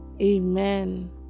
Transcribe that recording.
amen